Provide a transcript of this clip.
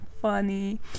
funny